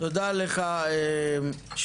תודה לך שוסטר.